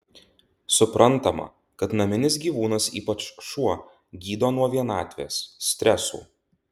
suprantama kad naminis gyvūnas ypač šuo gydo nuo vienatvės stresų